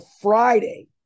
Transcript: Friday